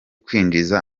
kwinjiza